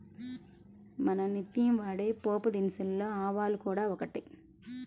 మనం నిత్యం వాడే పోపుదినుసులలో ఆవాలు కూడా ఒకటి